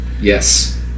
yes